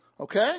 Okay